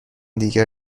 دیگر